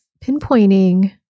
pinpointing